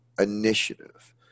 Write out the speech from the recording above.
initiative